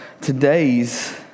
today's